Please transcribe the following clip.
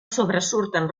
sobresurten